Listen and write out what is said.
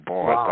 Boy